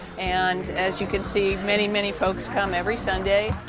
and as you can see, many many folks come every sunday.